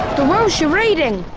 the welsh are raiding!